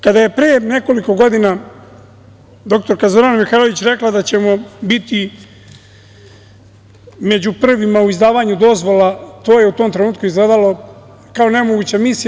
Kada je pre nekoliko godina dr Zorana Mihajlović rekla da ćemo biti među prvima u izdavanju dozvola, to je u tom trenutku izgledalo kao nemoguća misija.